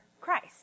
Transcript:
Christ